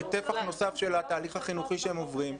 בטפח נוסף של התהליך החינוכי שהם עוברים.